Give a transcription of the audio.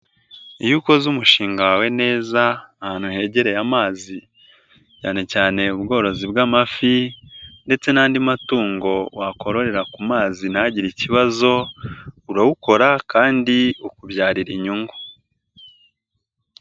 Iyo ukoze umushinga wawe neza ahantu hegereye amazi cyane cyane ubworozi bw'amafi ndetse n'andi matungo wakororera ku mazi ntagire ikibazo, urawukora kandi ukubyarira inyungu.